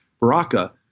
Baraka